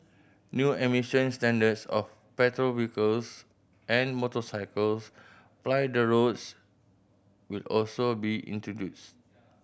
new emission standards of petrol vehicles and motorcycles ply the roads will also be introduced